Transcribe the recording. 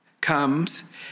comes